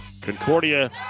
Concordia